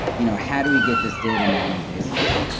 you know how do we get this data noninvasively?